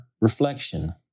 reflection